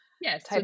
Yes